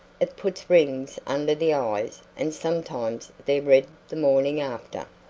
it puts rings under the eyes and sometimes they're red the morning after.